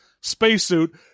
spacesuit